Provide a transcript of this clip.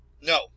No